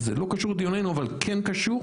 זה לא קשור לדיוננו אבל כן קשור.